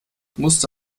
musste